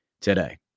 today